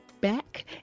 back